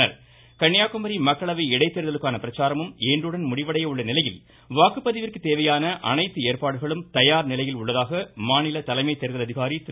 இன்றுடன் கன்னியாக்குமரி மக்களவை இடைத் தேர்தலுக்கான பிரச்சார ழம் மடிவடைய உள்ள நிலையில் வாக்குப்பதிவிற்கு தேவையான அனைத்து ஏற்பாடுகளும் தயார்நிலையில் உள்ளதாக மாநில தலைமை தேர்தல் அதிகாரி திரு